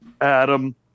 Adam